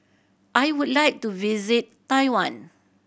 I would like to visit Taiwan